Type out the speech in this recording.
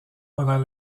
pendant